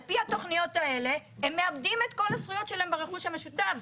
על פי התכניות האלה הם מאבדים את כל הזכויות שלהם ברכוש המשותף.